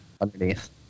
Underneath